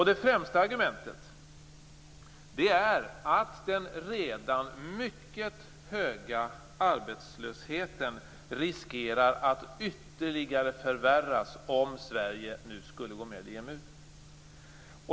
Det främsta argumentet är att den redan mycket höga arbetslösheten riskerar att ytterligare förvärras om Sverige nu skulle gå med i EMU.